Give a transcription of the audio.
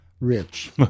Rich